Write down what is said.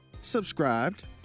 subscribed